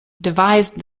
devised